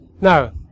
Now